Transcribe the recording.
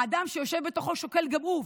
האדם שיושב בתוכו שוקל גם הוא,